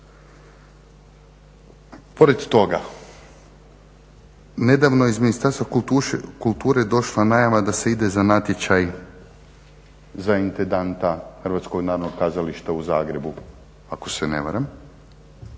Pored toga, nedavno je iz Ministarstva kulture došla najava da se ide za natječaj za intendanta HNK-a u Zagrebu, ako se ne varam,